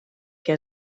què